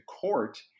court